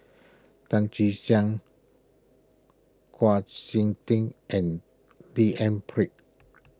Tan Che Sang Hua Sik Ting and D N Pritt